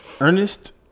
Ernest